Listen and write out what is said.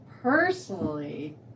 Personally